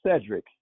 cedric